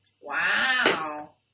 Wow